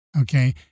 Okay